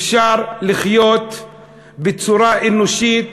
אפשר לחיות בצורה אנושית